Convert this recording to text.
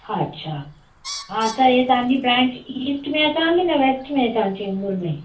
अच्छा हा त ईअ तव्हांजी ब्रांच ईस्ट में अचां के न वेस्ट में अचां चेम्बूर में